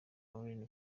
ellen